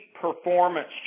performance